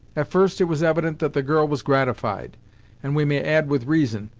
at first it was evident that the girl was gratified and we may add with reason,